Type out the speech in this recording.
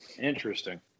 Interesting